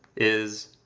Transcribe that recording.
is,